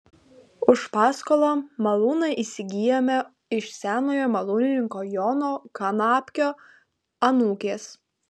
už paskolą malūną įsigijome iš senojo malūnininko jono kanapkio anūkės